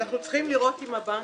אנחנו צריכים לראות אם הבנקים,